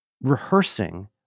rehearsing